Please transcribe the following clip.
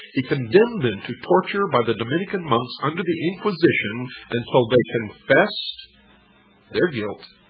he condemned them to torture by the dominican monks under the inquisition until they confessed their guilt